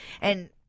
And-